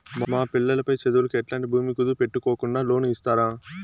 మా పిల్లలు పై చదువులకు ఎట్లాంటి భూమి కుదువు పెట్టుకోకుండా లోను ఇస్తారా